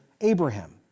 Abraham